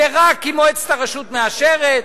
ורק אם מועצת הרשות מאשרת.